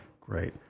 Great